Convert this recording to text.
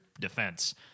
defense